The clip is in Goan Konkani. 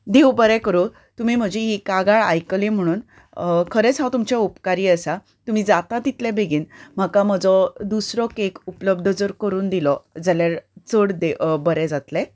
देव बरें करूं तुमी म्हजी ही कागाळ आयकली म्हणून खरेंच हांव तुमचें उपकारी आसा तुमी जाता तितलें बेगीन म्हाका म्हजो दुसरो केक उपलब्द जर कोरून दिलो जाल्यार चड दे बरें जातलें